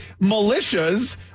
Militias